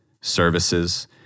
services